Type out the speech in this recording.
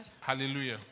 Hallelujah